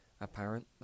Apparent